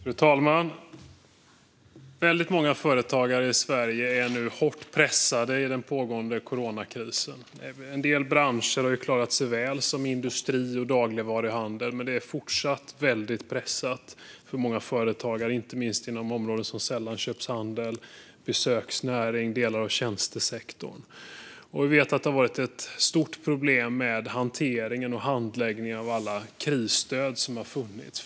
Fru talman! Väldigt många företagare i Sverige är nu hårt pressade i den pågående coronakrisen. En del branscher har klarat sig väl, såsom industri och dagligvaruhandel, men det är fortsatt väldigt pressat för många företagare, inte minst inom områden som sällanköpshandel, besöksnäring och delar av tjänstesektorn. Vi vet att det har funnits ett stort problem med hanteringen och handläggningen av alla krisstöd som har funnits.